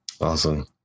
awesome